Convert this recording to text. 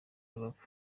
rubavu